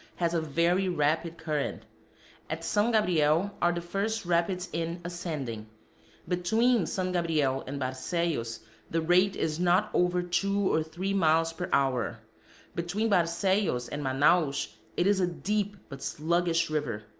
has a very rapid current at san gabriel are the first rapids in ascending between san gabriel and barcellos the rate is not over two or three miles per hour between barcellos and manaos it is a deep but sluggish river,